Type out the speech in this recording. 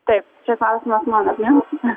taip čia klausimas man ar ne